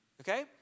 okay